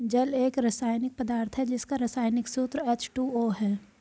जल एक रसायनिक पदार्थ है जिसका रसायनिक सूत्र एच.टू.ओ है